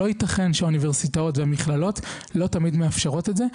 לא ייתכן שאוניברסיטאות ומכללות לא תמיד מאפשרות את זה.